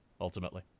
ultimately